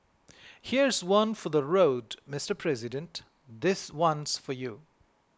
here's one for the road Mister President this one's for you